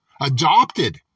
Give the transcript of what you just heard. Adopted